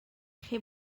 chi